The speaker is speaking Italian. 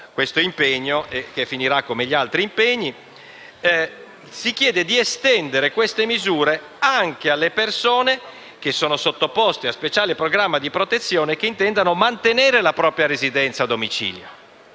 l'impegno che finirà come gli altri - si chiede di estendere queste misure anche alle persone sottoposte a speciale programma di protezione che intendano mantenere la propria residenza o domicilio.